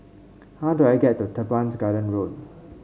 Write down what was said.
how do I get to Teban Garden Road